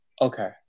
Okay